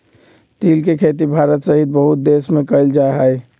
तिल के खेती भारत सहित बहुत से देश में कइल जाहई